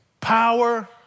Power